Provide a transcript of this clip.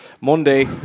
Monday